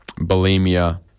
bulimia